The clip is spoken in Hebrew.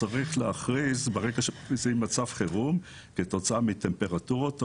צריך ברגע שמכריזים על מצב חירום כתוצאה מטמפרטורות,